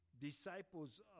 disciples